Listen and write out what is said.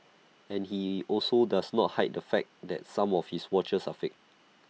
and he also does not hide the fact that some of his watches are fakes